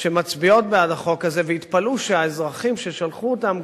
שמצביעות בעד החוק הזה ויתפלאו שהאזרחים ששלחו אותם,